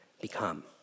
become